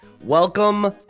welcome